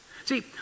See